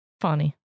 Funny